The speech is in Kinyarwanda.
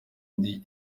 undi